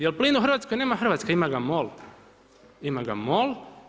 Jer plin u Hrvatskoj nema Hrvatska, ima ga MOL, ima ga MOL.